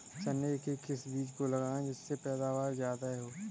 चने के किस बीज को लगाएँ जिससे पैदावार ज्यादा हो?